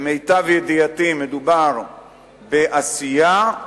למיטב ידיעתי מדובר בעשייה,